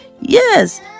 Yes